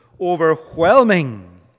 Overwhelming